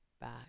back